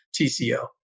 TCO